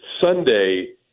Sunday –